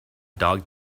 dog